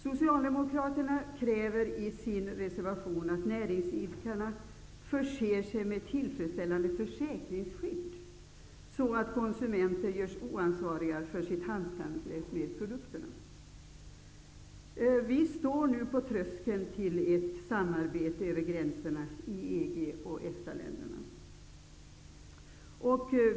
Socialdemokraterna kräver i sin reservation att näringsidkarna förser sig med tillfredsställande försäkringsskydd så att konsumenter görs icke ansvariga för sitt handskande med produkterna. Vi står nu på tröskeln till ett samarbete över gränserna i EG och EFTA-länderna.